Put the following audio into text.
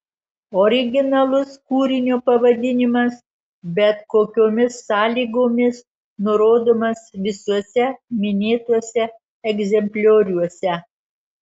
originalus kūrinio pavadinimas bet kokiomis sąlygomis nurodomas visuose minėtuose egzemplioriuose